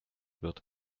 wird